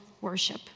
worship